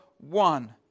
one